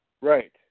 Right